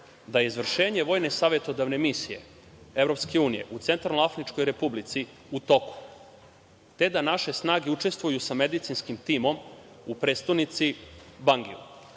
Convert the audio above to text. da je izvršenje vojne savetodavne misije Evropske unije u Centralnoafričkoj Republici u toku, te da naše snagu učestvuju sa medicinskim timom u prestonici Bangen.